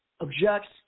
objects